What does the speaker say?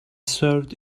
served